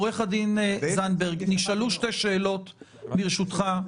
עו"ד זנדברג, נשאלו שתי שאלות ברשותך.